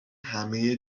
همه